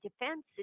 defense